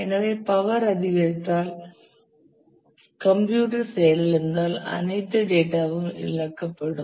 எனவே பவர் அதிகரித்தால் கம்ப்யூட்டர் செயலிழந்தால் அனைத்து டேட்டா வும் இழக்கப்படும்